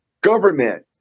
government